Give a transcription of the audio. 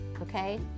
okay